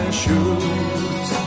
shoes